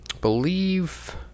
believe